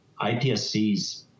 IPSCs